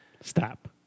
Stop